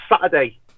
Saturday